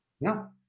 No